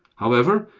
however,